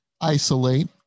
isolate